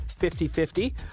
50-50